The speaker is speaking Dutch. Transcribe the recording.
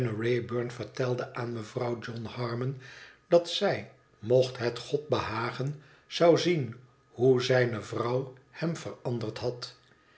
wraybum vertelde aan mevrouw john harmon dat zij mocht het god behagen zou zien hoe zijne vrouw hem veranderd had